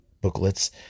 booklets